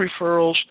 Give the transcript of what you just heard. referrals